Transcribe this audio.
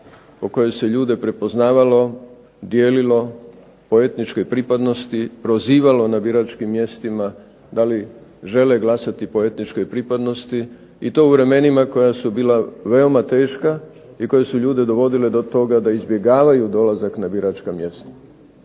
po kojem se ljude prepoznavalo, dijelilo po etničkoj pripadnosti, prozivalo na biračkim mjestima da li žele glasati po etničkoj pripadnosti i to u vremenima koja su bila veoma teška i koja su ljude dovodile do toga da izbjegavaju dolazak na biračka mjesta,